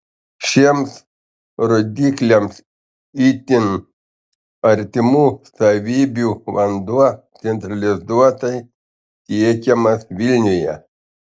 šiems rodikliams itin artimų savybių vanduo centralizuotai tiekiamas vilniuje